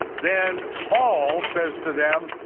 then paul says to them,